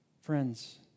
Friends